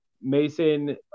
Mason